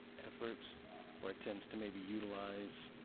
efforts or attempts to maybe utilize,